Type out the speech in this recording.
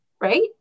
right